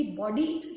body-